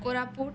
Koraput